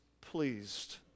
pleased